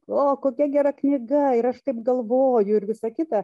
o kokia gera knyga ir aš taip galvoju ir visa kita